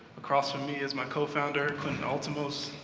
across from me is my cofounder, quentin altemose.